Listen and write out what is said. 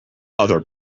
other